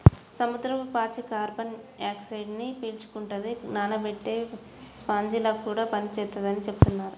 సముద్రపు పాచి కార్బన్ డయాక్సైడ్ను పీల్చుకుంటది, నానబెట్టే స్పాంజిలా కూడా పనిచేత్తదని చెబుతున్నారు